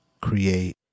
create